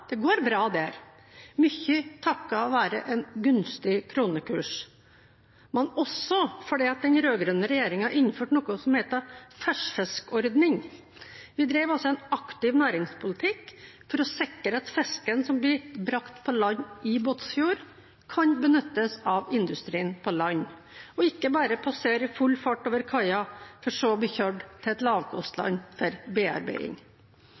det går bra der, mye takket være en gunstig kronekurs, men også fordi den rød-grønne regjeringen innførte noe som heter «ferskfiskordning». Vi drev en aktiv næringspolitikk for å sikre at fisken som blir brakt i land i Båtsfjord, kan benyttes av industrien på land, og ikke bare passere i full fart over kaia for så å bli kjørt til et lavkostland for bearbeiding.